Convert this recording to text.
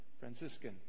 Franciscan